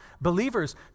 believers